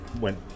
went